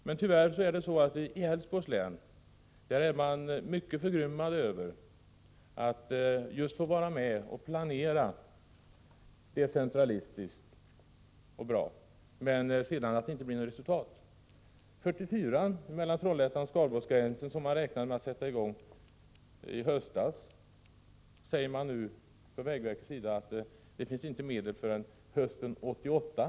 Men i Älvsborgs län är man mycket förgrymmad över att det inte blir något resultat av det som man har fått vara med och planera decentralistiskt och bra. Om utbyggnaden av riksväg 44 mellan Trollhättan och Skaraborgsgränsen, som man räknade med att sätta i gång i höstas, säger vägverket nu att det inte finns medel förrän hösten 1988.